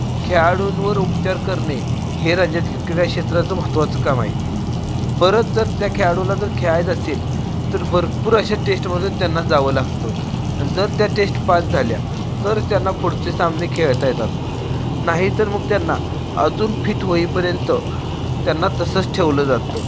खेळाडूंवर उपचार करणे हे राज्यातील क्रीडा क्षेत्राचं महत्त्वाचं काम आहे परत जर त्या खेळाडूला जर खेळायचं असेल तर भरपूर अशा टेष्टमधून त्यांना जावं लागतं अन जर त्या टेष्ट पास झाल्या तरच त्यांना पुढचे सामने खेळता येतात नाहीतर मग त्यांना अजून फिट होईपर्यंत त्यांना तसंच ठेवलं जातं